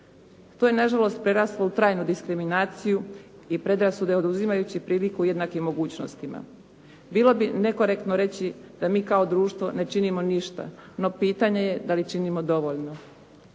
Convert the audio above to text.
To je nažalost preraslo u trajnu diskriminaciju i predrasude oduzimajući priliku jednakim mogućnostima. Bilo bi nekorektno reći da mi kao društvo ne činimo ništa, no pitanje je da li činimo dovoljno.